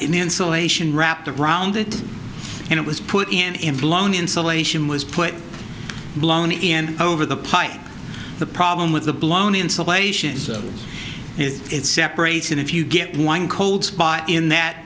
insulation wrapped around it and it was put in blown insulation was put blown in over the pipe the problem with the blown insulation so is it separates and if you get one cold spot in that